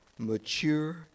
Mature